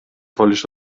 wolisz